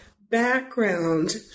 background